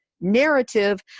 narrative